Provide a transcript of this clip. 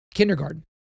Kindergarten